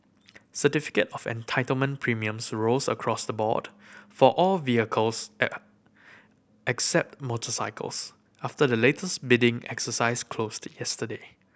certificate of Entitlement premiums rose across the board for all vehicles except motorcycles after the latest bidding exercise closed yesterday